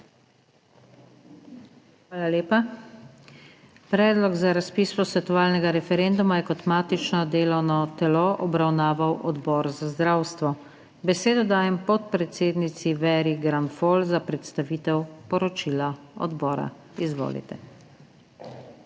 Hvala lepa. Predlog za razpis posvetovalnega referenduma je kot matično delovno telo obravnaval Odbor za zdravstvo. Besedo dajem podpredsednici Veri Granfol za predstavitev poročila odbora. Izvolite. **VERA